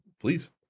Please